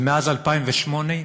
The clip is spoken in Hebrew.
ומאז 2008,